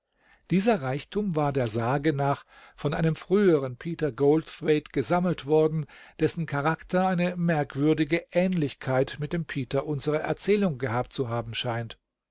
dieser reichtum war der sage nach von einem früheren peter goldthwaite gesammelt worden dessen charakter eine merkwürdige aehnlichkeit mit dem peter unserer erzählung gehabt zu haben scheint